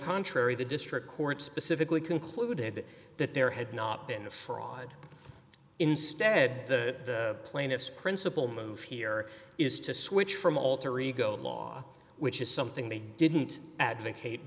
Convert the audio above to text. contrary the district court specifically concluded that there had not been a fraud instead the plaintiffs principle move here is to switch from alter ego law which is something they didn't advocate